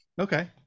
Okay